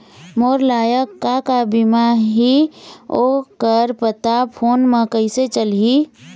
मोर लायक का का बीमा ही ओ कर पता फ़ोन म कइसे चलही?